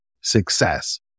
success